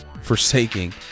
forsaking